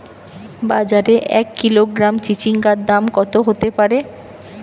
বাজারে এক কিলোগ্রাম চিচিঙ্গার দাম কত হতে পারে?